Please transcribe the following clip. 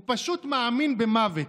הוא פשוט מאמין במוות.